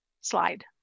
slide